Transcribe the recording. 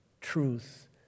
truth